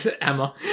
Emma